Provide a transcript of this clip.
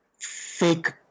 fake